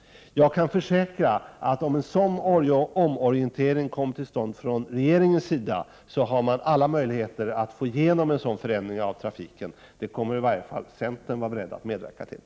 Jag kan försäkra att regeringen, om en sådan omorientering kommer till stånd, har alla möjligheter att få igenom en sådan förändring. Det kommer i varje fall centern att vara beredd att medverka till.